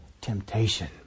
temptation